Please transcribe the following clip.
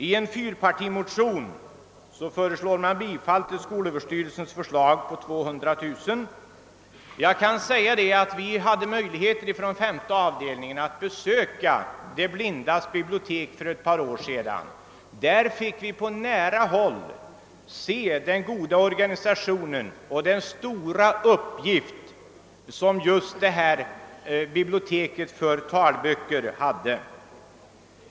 I en trepartireservation föreslås bifall till skolöverstyrelsens förslag. Statsutskottets femte avdelning hade för ett par år sedan möjlighet att besöka de blindas bibliotek och fick på nära håll se den goda organisationen. Ledamöterna informerades också om den stora uppgift som detta bibliotek för talböcker har.